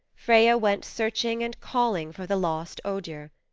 freya went searching and calling for the lost odur.